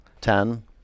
Ten